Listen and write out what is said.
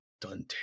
done